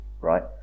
right